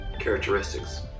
characteristics